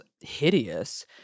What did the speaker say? hideous